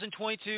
2022